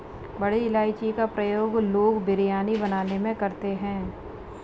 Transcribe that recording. बड़ी इलायची का प्रयोग लोग बिरयानी बनाने में करते हैं